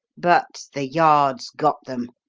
but the yard's got them,